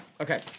Okay